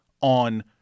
on